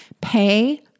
pay